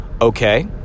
okay